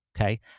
okay